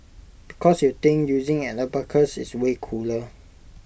because you think using an abacus is way cooler